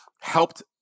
helped